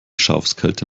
schafskälte